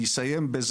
לסיום,